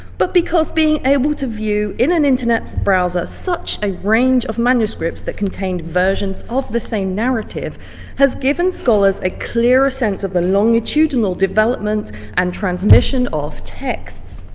but because being able to view in an internet browser such a range of manuscripts that contained versions of the same narrative has given scholars a clearer sense of the longitudinal development and transmission of texts.